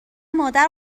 مادر